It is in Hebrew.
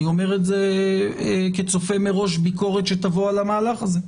אני אומר את זה כצופה מראש ביקורת שתבוא על המהלך הזה.